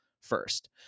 first